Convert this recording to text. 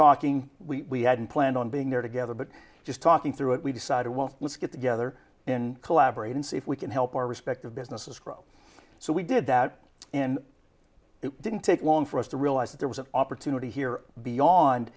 talking we hadn't planned on being there together but just talking through it we decided well let's get together and collaborate and see if we can help our respective businesses grow so we did that in it didn't take long for us to realize that there was an opportunity here beyond